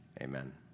amen